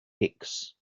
hicks